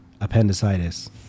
appendicitis